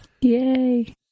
yay